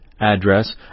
address